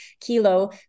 kilo